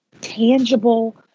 tangible